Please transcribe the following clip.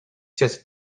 just